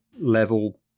level